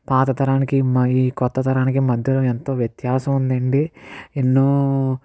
పాత తరానికి మా ఈ కొత్త తరానికి మధ్యలో ఎంతో వ్యత్యాసం ఉందండి ఎన్నో